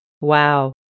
Wow